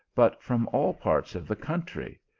but from all parts of the country,